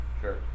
sure